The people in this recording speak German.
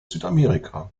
südamerika